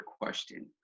question